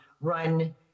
run